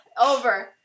Over